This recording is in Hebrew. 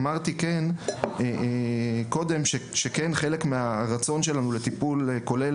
אמרתי קודם שחלק מהרצון שלנו לטיפול כולל